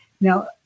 Now